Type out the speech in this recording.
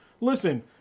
Listen